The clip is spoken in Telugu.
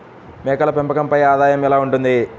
మేకల పెంపకంపై ఆదాయం ఎలా ఉంటుంది?